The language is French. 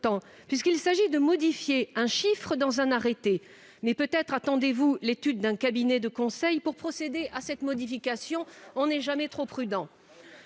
: il s'agit de modifier un chiffre dans un arrêté ... Mais peut-être attendez-vous l'étude d'un cabinet de conseil pour procéder à cette modification ... On n'est jamais trop prudent